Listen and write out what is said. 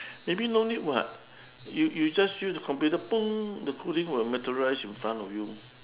maybe no need what you you just use the computer the clothing will materialise in front of you